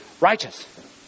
righteous